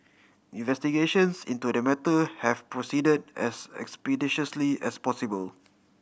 investigations into the matter have proceed as expeditiously as possible